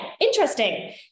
interesting